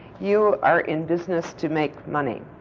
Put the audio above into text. you are in business to make money.